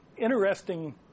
interesting